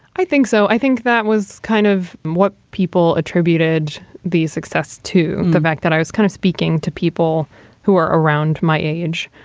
i so. i think that was kind of what people attributed the success to the fact that i was kind of speaking to people who are around my age.